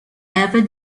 ever